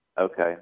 Okay